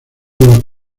los